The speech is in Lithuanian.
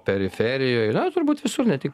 periferijoj na turbūt visur ne tik